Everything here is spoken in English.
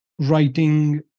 writing